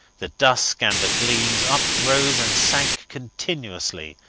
the dusk and the gleams, uprose and sank continuously,